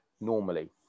normally